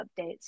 updates